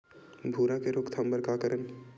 भूरा के रोकथाम बर का करन?